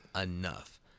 enough